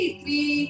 three